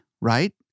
right